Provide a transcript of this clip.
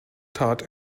tat